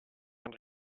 ein